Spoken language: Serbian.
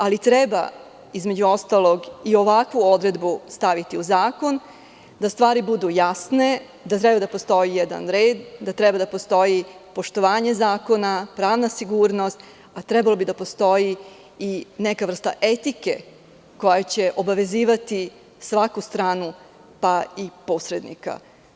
Ali treba, između ostalog, i ovakvu odredbu staviti u zakon da stvari budu jasne, da treba da postoji jedan red, da treba da postoji poštovanje zakona, pravna sigurnost a trebalo bi da postoji i neka vrsta etike koja će obavezivati svaku stranu pa i posrednika.